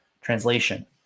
Translation